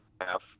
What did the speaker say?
half